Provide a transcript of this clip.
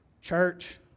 church